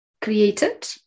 created